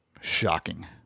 shocking